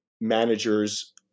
managers